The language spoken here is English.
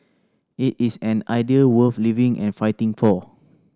it is an idea worth living and fighting for